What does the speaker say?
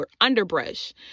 underbrush